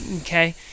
Okay